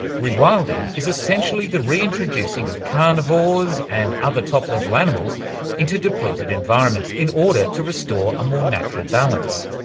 rewilding is essentially the reintroducing of carnivores and other top-level animals into depleted environments in order to restore a more natural balance.